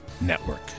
Network